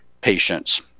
patients